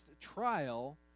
trial